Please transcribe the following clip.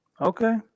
Okay